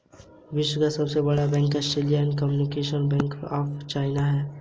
विश्व का सबसे बड़ा bank industrial and commercial bank of China है